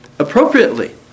appropriately